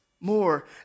more